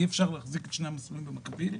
אי אפשר להחזיק את שני המסלולים במקביל,